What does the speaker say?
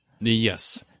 Yes